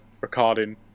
recording